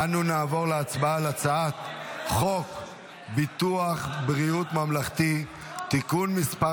אנו נעבור להצבעה על הצעת חוק ביטוח בריאות ממלכתי (תיקון מס'